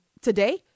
today